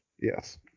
yes